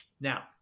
Now